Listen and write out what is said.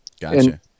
Gotcha